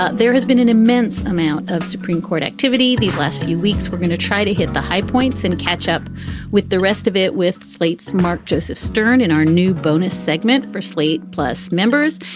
ah there has been an immense amount of supreme court activity these last few weeks. we're going to try to hit the high points and catch up with the rest of it with slate's mark joseph stern in our new bonus segment for slate plus members.